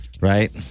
right